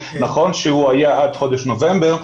נכון שהוא היה עד חודש נובמבר,